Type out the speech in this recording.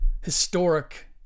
historic